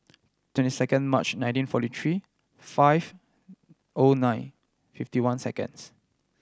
twenty second March nineteen forty three five O nine fifty one seconds